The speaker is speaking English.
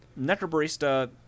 Necrobarista